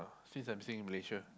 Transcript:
since I'm staying in Malaysia